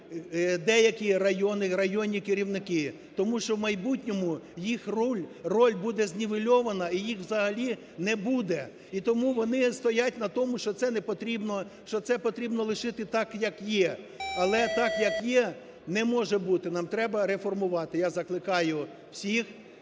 деякі райони, районні керівники, тому що в майбутньому їх роль, роль буде знівельована і їх. взагалі, не буде. І тому вони стоять на тому, що це не потрібно, що це потрібно лишити так, як є. Але так, як є не може бути нам треба реформувати. Я закликаю всіх